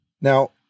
Now